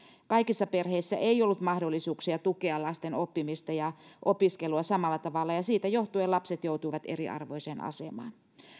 kaikissa perheissä ei ollut mahdollisuuksia tukea lasten oppimista ja opiskelua samalla tavalla ja siitä johtuen lapset joutuivat eriarvoiseen asemaan